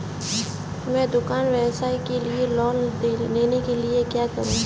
मैं दुकान व्यवसाय के लिए लोंन लेने के लिए क्या करूं?